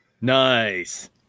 Nice